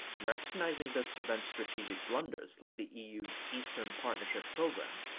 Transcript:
recognizing this prevents strategic blunders like the eu's eastern partnership program,